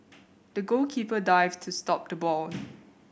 the goalkeeper dived to stop the ball